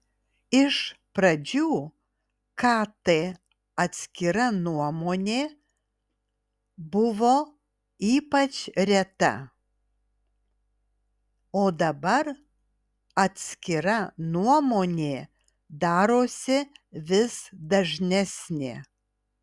iš pradžių kt atskira nuomonė buvo ypač reta o dabar atskira nuomonė darosi vis dažnesnė